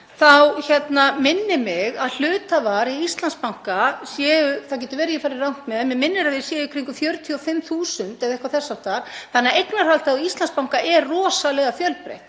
þá minnir mig að hluthafar í Íslandsbanka, það getur verið að ég fari rangt með, séu í kringum 45.000 eða eitthvað þess háttar, þannig að eignarhald á Íslandsbanka er rosalega fjölbreytt.